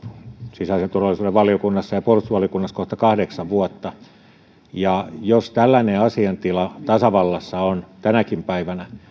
sisäisen turvallisuuden valiokunnassa ja ja puolustusvaliokunnassa kohta kahdeksan vuotta jos tällainen asiaintila tasavallassa on tänäkin päivänä